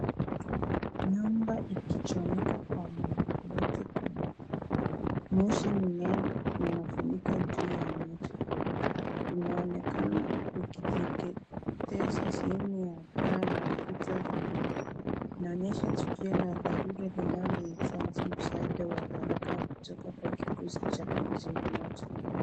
Nyumba ikichomeka kwa moto kubwa. Moshi munene unafunika juu ya moto. Inaonekana ikiteketeza sehemu ya paa na ukuta za nyumba, inaonyesha tukio la dharura linalohitaji msaada wa haraka, kutoka kwa kikosi cha zima moto.